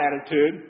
attitude